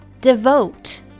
devote